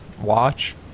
watch